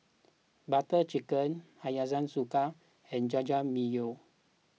Butter Chicken Hiyashi Chuka and Jajangmyeon